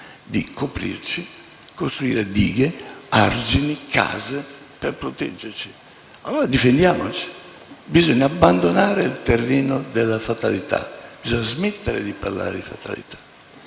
di coprirci, costruire dighe, argini e case per proteggerci. Difendiamoci, allora. Bisogna abbandonare il terreno della fatalità. Bisogna smettere di parlare di fatalità.